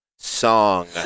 Song